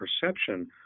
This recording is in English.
perception